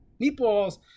meatballs